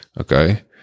Okay